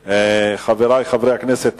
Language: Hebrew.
(חובת חבישת קסדה,